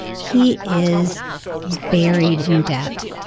he is buried in debt.